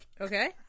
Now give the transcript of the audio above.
Okay